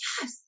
yes